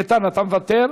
איתן, אתה מוותר?